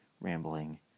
...rambling